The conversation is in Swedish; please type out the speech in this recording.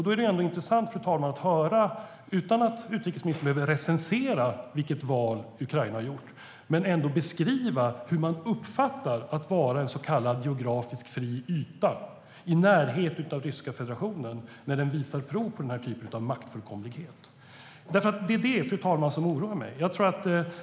Då är det intressant, fru talman, att höra, utan att utrikesministern behöver recensera vilket val Ukraina har gjort, hur man uppfattar en så kallad geografiskt fri yta i närheten av Ryska federationen när den visar prov på den typen av maktfullkomlighet. Detta oroar mig, fru talman.